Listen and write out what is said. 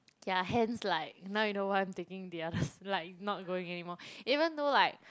K ah hence like now you know why I'm taking the others like not going anymore even though like